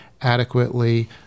adequately